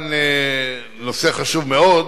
זה נושא חשוב מאוד,